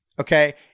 Okay